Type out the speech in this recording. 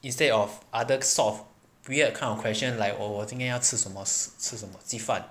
instead of other sort of weird kind of question like 哦我今天要吃什么吃什么鸡饭